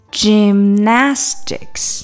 gymnastics